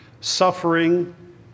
suffering